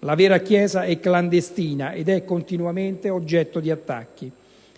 La vera Chiesa è clandestina ed è continuamente oggetto di attacchi.